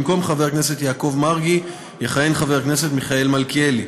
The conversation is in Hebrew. במקום חבר הכנסת יעקב מרגי יכהן חבר הכנסת מיכאל מלכיאלי,